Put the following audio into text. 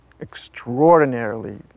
extraordinarily